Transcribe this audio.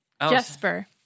Jesper